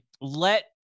let